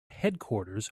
headquarters